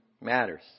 matters